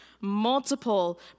multiple